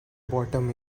bottom